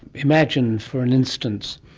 imagine, for and instance,